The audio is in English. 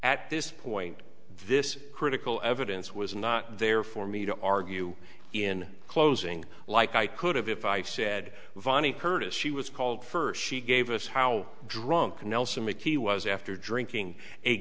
at this point this critical evidence was not there for me to argue in closing like i could have if i said vonnie curtis she was called first she gave us how drunk nelson mickey was after drinking a